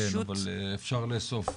כן, אבל אפשר לאסוף.